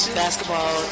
basketball